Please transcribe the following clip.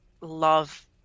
love